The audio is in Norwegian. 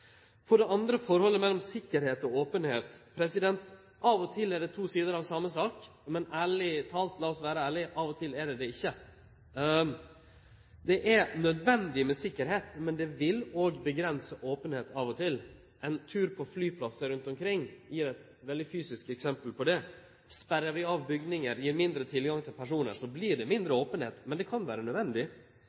For det andre er det forholdet mellom tryggleik og openheit. Av og til er det to sider av same sak. Men – ærleg talt – lat oss vere ærlege: Av og til er det ikkje det. Det er nødvendig med tryggleik, men det vil òg avgrense openheit – av og til. Ein tur på flyplassar rundt omkring gjev eit veldig fysisk eksempel på det. Sperrar vi av bygningar, gjev mindre tilgang til personar, vert det mindre openheit. Men det kan vere nødvendig.